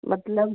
मतलब